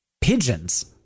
Pigeons